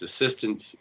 assistance